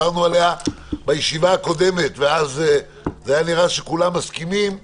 ובישיבה הקודמת והיה נראה שכולם מסכימים לה,